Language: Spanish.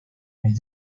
mes